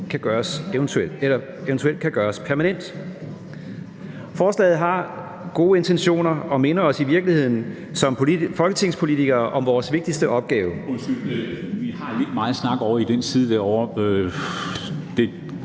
år vurdere, om ordningen eventuelt kan gøres permanent. Forslaget har gode intentioner og minder os i virkeligheden som folketingspolitikere om vores vigtigste opgave